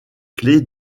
clefs